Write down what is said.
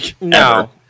no